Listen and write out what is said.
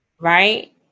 right